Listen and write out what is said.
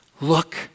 Look